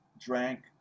drank